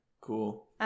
cool